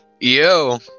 Yo